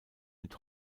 mit